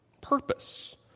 purpose